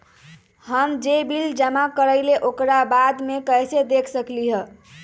हम जे बिल जमा करईले ओकरा बाद में कैसे देख सकलि ह?